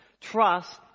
trust